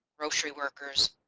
grocery workers,